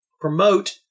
promote